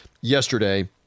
yesterday